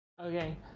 Okay